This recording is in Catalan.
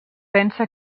pensa